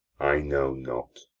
i know not.